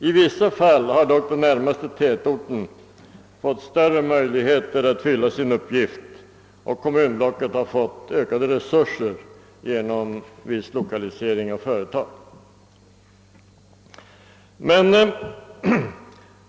I vissa fall har dock den närmaste tätorten fått större möjligheter att fylla sin uppgift, och kommunblocket har fått ökade resurser genom viss 1okalisering av företag.